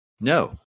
No